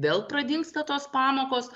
vėl pradingsta tos pamokos